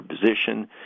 position